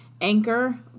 Anchor